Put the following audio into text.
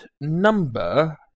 number